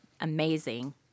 amazing